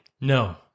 No